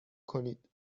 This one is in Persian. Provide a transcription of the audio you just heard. کنید